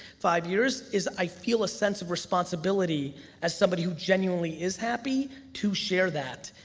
five years, is i feel a sense of responsibility as somebody who genuinely is happy to share that.